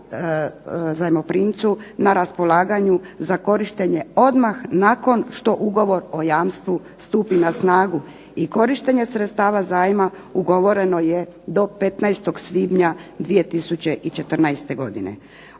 zajmoprimcu na raspolaganju za korištenje odmah nakon što ugovor o jamstvu stupi na snagu. I korištenje sredstava zajma ugovoreno je do 15. svibnja 2014. godine.